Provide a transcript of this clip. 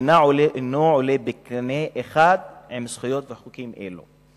אינו עולה בקנה אחד עם זכויות וחוקים אלו.